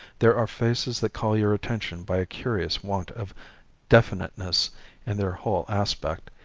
there are faces that call your attention by a curious want of definiteness in their whole aspect,